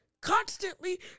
constantly